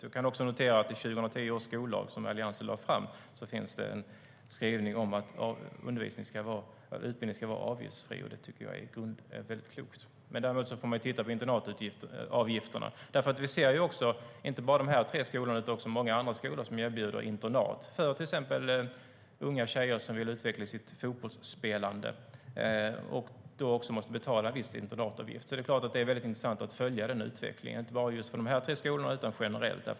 Vi kan också notera att det i 2010 års skollag, som Alliansen lade fram, finns en skrivning om att utbildning ska vara avgiftsfri. Jag tycker att det i grunden är väldigt klokt. Däremot får man titta på internatavgifterna. Vi ser inte bara dessa tre skolor utan också många andra skolor som erbjuder internat, för till exempel unga tjejer som vill utveckla sitt fotbollsspelande och då måste betala en viss internatavgift. Det är väldigt intressant att följa denna utveckling, inte bara för dessa tre skolor utan generellt.